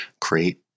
create